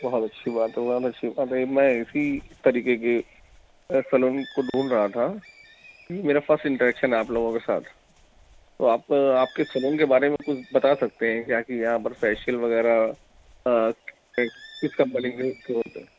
بہت اچھی بات ہے بہت اچھی بات ہے میں اسی طریقے کے سلون کو ڈھونڈھ رہا تھا میرا فسٹ انٹریکشن ہے آپ لوگوں کے ساتھ تو آپ تو آپ کے سلون کے بارے میں کچھ بتا سکتے ہیں کیا کہ یہاں پر فیشیل وغیرہ کس کمپنی کا یوز کرتے ہیں